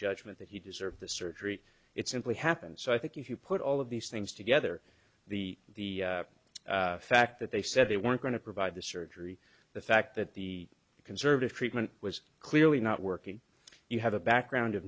judgment that he deserved the surgery it simply happened so i think if you put all of these things together the fact that they said they weren't going to provide the surgery the fact that the conservative treatment was clearly not working you have a background of